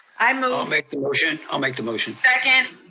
i move. i'll make the motion. i'll make the motion. second.